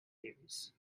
theories